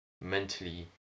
mentally